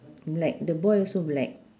black the boy also black